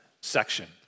section